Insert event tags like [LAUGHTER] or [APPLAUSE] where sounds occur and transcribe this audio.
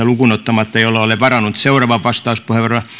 [UNINTELLIGIBLE] lukuun ottamatta edustaja heikkistä jolle olen varannut seuraavan vastauspuheenvuoron